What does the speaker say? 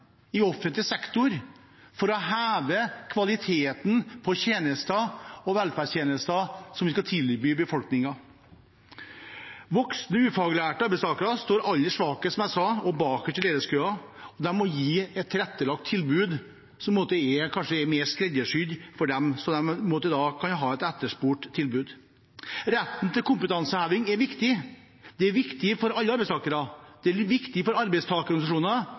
i offentlig sektor, for å heve kvaliteten på tjenestene og velferdstjenestene vi skal tilby befolkningen. Voksne ufaglærte arbeidstakere står, som jeg sa, aller svakest og bakerst i ledighetskøen. De må gis et tilrettelagt tilbud som kanskje er mer skreddersydd for dem, slik at de kan ha et etterspurt tilbud. Retten til kompetanseheving er viktig. Det er viktig for alle arbeidstakere, og det er viktig for arbeidstakerorganisasjoner,